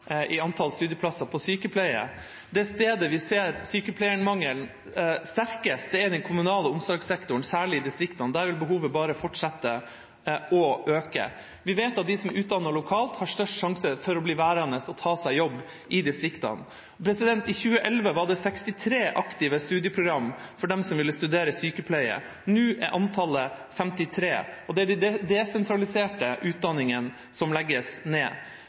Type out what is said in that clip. i antall studieplasser innen sykepleie. Det stedet der vi ser sykepleiermangelen sterkest, er i den kommunale omsorgssektoren, særlig i distriktene. Der vil behovet bare fortsette å øke. Vi vet at de som er utdannet lokalt, har størst sjanse for å bli værende og ta seg jobb i distriktene. I 2011 var det 63 aktive studieprogram for dem som ville studere sykepleie. Nå er antallet 53, og det er de desentraliserte utdanningene som legges ned.